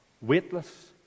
weightless